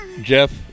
Jeff